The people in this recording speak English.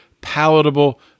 palatable